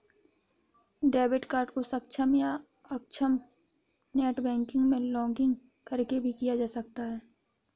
debit card को सक्षम या अक्षम नेट बैंकिंग में लॉगिंन करके भी किया जा सकता है